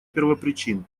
первопричин